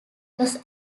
los